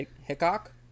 Hickok